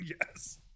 Yes